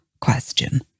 question